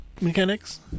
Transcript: Mechanics